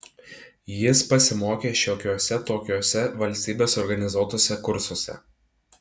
jis pasimokė šiokiuose tokiuose valstybės organizuotuose kursuose